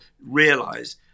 realise